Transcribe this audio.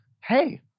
hey